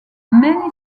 many